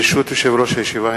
ברשות יושב-ראש הישיבה,